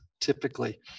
typically